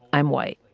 i'm white.